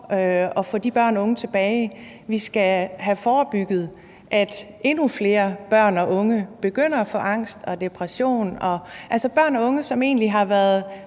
at få de børn og unge tilbage. Vi skal have forebygget, at endnu flere børn og unge begynder at få angst og depression. Børn og unge, som egentlig har været